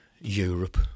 Europe